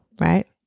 right